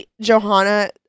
Johanna